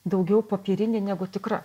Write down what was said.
daugiau popierinė negu tikra